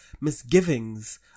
misgivings